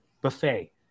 buffet